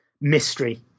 mystery